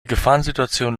gefahrensituationen